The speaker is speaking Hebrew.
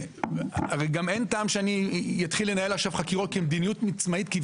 אין טעם שאני אתחיל לנהל חקירות כמדיניות עצמאית של